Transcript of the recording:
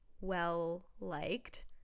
well-liked